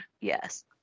yes